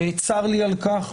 צר לי על כך.